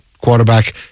quarterback